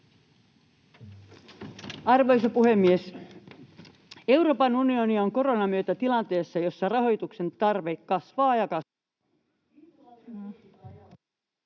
Arvoisa puhemies! Euroopan unioni on koronan myötä tilanteessa, jossa rahoituksen tarve kasvaa ja...